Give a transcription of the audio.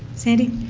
sandy